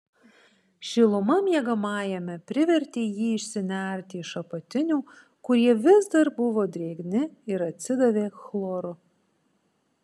šiluma miegamajame privertė jį išsinerti iš apatinių kurie vis dar buvo drėgni ir atsidavė chloru